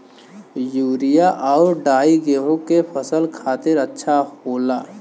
urea आउर डाई गेहूं के फसल खातिर अच्छा होला